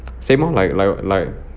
same orh like like like